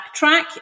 backtrack